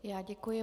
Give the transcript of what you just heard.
Já děkuji.